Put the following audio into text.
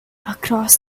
across